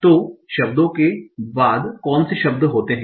तो शब्दों के बाद कौन से शब्द होते हैं